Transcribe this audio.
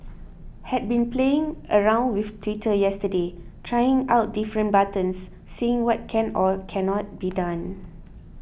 had been playing around with Twitter yesterday trying out different buttons seeing what can or cannot be done